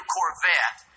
Corvette